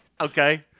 Okay